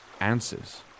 Answers